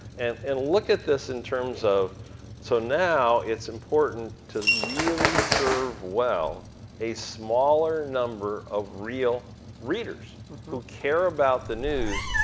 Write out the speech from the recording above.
and and look at this in terms of so now it's important to really serve well a smaller number of real readers who care about the news.